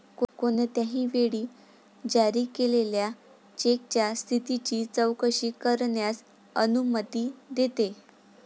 कोणत्याही वेळी जारी केलेल्या चेकच्या स्थितीची चौकशी करण्यास अनुमती देते